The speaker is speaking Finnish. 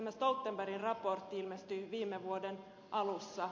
stoltenbergin raportti ilmestyi viime vuoden alussa